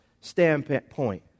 standpoint